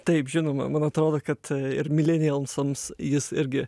taip žinoma man atrodo kad ir milenialsams jis irgi